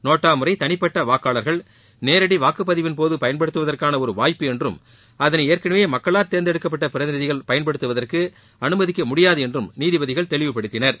NOTA முறை தனிப்பட்ட வாக்காளர்கள் நேரடி வாக்குப்பதிவின் போது பயன்படுத்துவதற்கான ஒரு வாய்ப்பு என்றும் அதனை ஏற்கனவே மக்களால் தேர்ந்தெடுக்கப்பட்ட பிரதிநிதிகள் பயன்படுத்துவதற்கு அனுமதிக்க முடியாது என்றும் நீதிபதிகள் தெளிவுப்படுத்தினர்